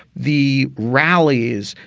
the rallies.